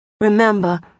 Remember